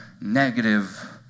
negative